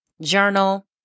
Journal